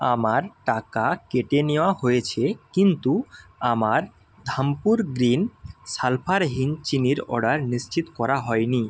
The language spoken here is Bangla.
আমার টাকা কেটে নেওয়া হয়েছে কিন্তু আমার ধাম্পুর গ্রিন সালফারহীন চিনির অর্ডার নিশ্চিত করা হয়নি